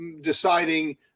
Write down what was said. deciding